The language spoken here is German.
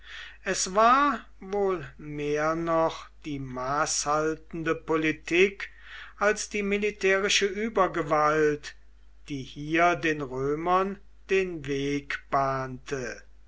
es war wohl mehr noch die maßhaltende politik als die militärische übergewalt die hier den römern den weg bahnte